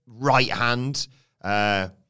right-hand